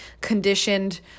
conditioned